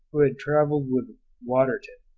who had travelled with waterton,